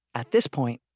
at this point,